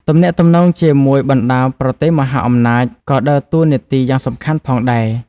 ទំនាក់ទំនងជាមួយបណ្តាប្រទេសមហាអំណាចក៏ដើរតួនាទីយ៉ាងសំខាន់ផងដែរ។